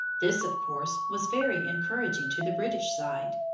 this, of course, was very encouraging to the british side.